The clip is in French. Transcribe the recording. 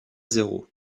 zéro